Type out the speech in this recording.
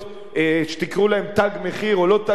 שתקראו להן "תג מחיר" או לא "תג מחיר",